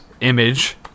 image